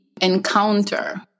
encounter